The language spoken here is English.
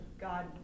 God